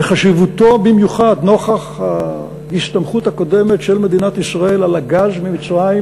וחשיבותו במיוחד נוכח ההסתמכות הקודמת של מדינת ישראל על הגז ממצרים,